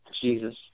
Jesus